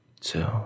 two